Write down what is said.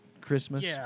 Christmas